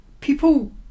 People